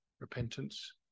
repentance